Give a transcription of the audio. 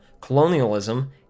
colonialism